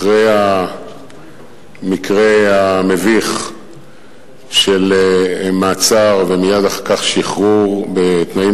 אחרי המקרה המביך של מעצר ומייד אחר כך שחרור בתנאים